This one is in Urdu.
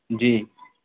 جی